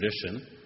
tradition